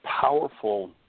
powerful